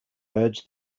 urged